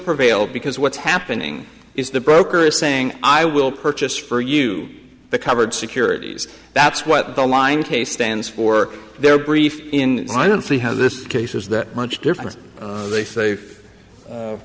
prevail because what's happening is the broker is saying i will purchase for you the covered securities that's what the line case stands for their brief in and i don't see how this case is that much different they say